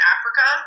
Africa